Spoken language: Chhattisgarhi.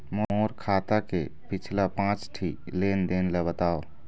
मोर खाता के पिछला पांच ठी लेन देन ला बताव?